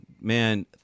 man